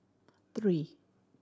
three